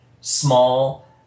small